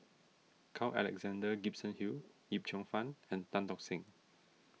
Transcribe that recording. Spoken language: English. Carl Alexander Gibson Hill Yip Cheong Fun and Tan Tock Seng